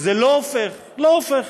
זה לא הופך, לא הופך,